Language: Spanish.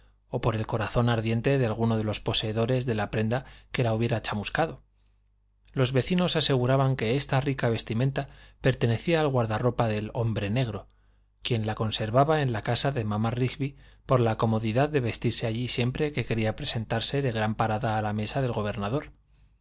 o por el corazón ardiente de alguno de los posesores de la prenda que la hubiera chamuscado los vecinos aseguraban que esta rica vestimenta pertenecía al guardarropa del hombre negro quien la conservaba en la casa de mamá rigby por la comodidad de vestirse allí siempre que quería presentarse de gran parada a la mesa del gobernador